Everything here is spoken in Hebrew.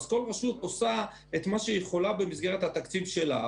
כל רשות עושה את מה שהיא יכולה במסגרת התקציב שלה,